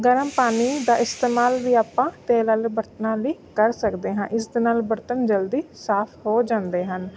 ਗਰਮ ਪਾਣੀ ਦਾ ਇਸਤੇਮਾਲ ਵੀ ਆਪਾਂ ਤੇਲ ਵਾਲੇ ਬਰਤਨਾਂ ਲਈ ਕਰ ਸਕਦੇ ਹਾਂ ਇਸ ਦੇ ਨਾਲ ਬਰਤਨ ਜਲਦੀ ਸਾਫ ਹੋ ਜਾਂਦੇ ਹਨ